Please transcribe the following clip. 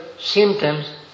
Symptoms